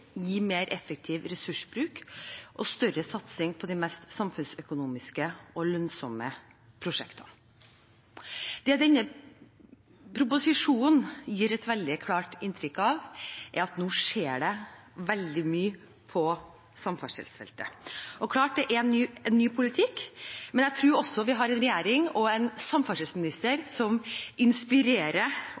gi mer effektiv ressursbruk og større satsing på de mest samfunnsøkonomiske og lønnsomme prosjektene. Det denne proposisjonen gir et veldig klart inntrykk av, er at nå skjer det veldig mye på samferdselsfeltet. Det er klart at det er en ny politikk, men jeg tror også vi har en regjering og en samferdselsminister som inspirerer